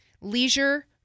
leisure